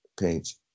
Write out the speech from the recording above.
page